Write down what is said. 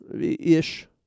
ish